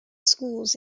schools